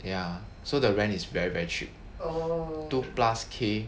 ya so the rent is very very cheap two plus K